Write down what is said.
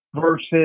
versus